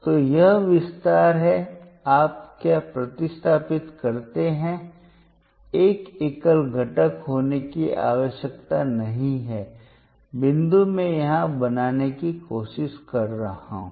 तो यह विस्तार है आप क्या प्रतिस्थापित करते हैं एक एकल घटक होने की आवश्यकता नहीं है बिंदु मैं यहाँ बनाने की कोशिश कर रहा हूँ